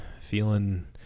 feeling